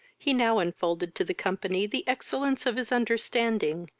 he now unfolded to the company the excellence of his understanding,